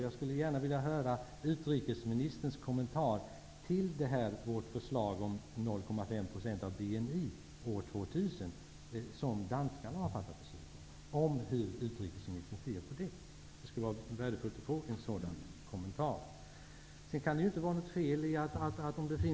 Jag skulle gärna vilja höra utrikesministerns kommentar till vårt förslag om 0,5 % av BNI i bistånd år 2000, som danskarna har fattat beslut om. Hur ser utrikesministern på det? Det skulle vara värdefullt att få utrikesministerns kommentar.